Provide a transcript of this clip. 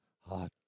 Hot